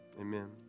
amen